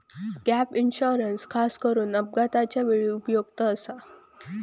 gap insurance खासकरून अपघाताच्या वेळी उपयुक्त आसा